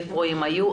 היכן הם היו,